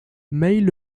mail